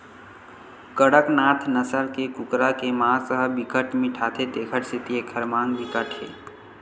कड़कनाथ नसल के कुकरा के मांस ह बिकट मिठाथे तेखर सेती एखर मांग बिकट हे